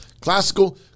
Classical